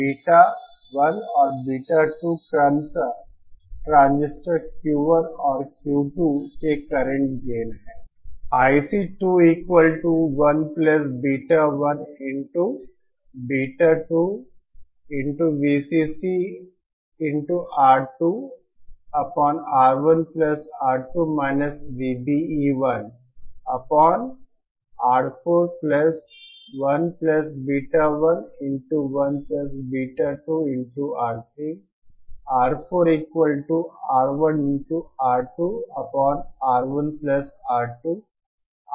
beta 1 और beta 2 क्रमशः transistor Q1 और Q2 के करंट गेन हैं